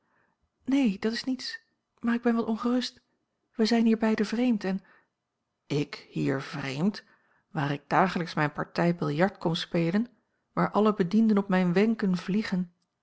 neen dat is niets maar ik ben wat ongerust wij zijn hier beiden vreemd en ik hier vreemd waar ik dagelijks mijne partij biljart kom spelen waar alle bedienden op mijne wenken vliegen